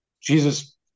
Jesus